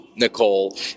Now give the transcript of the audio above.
Nicole